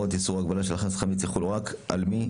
שימו לב.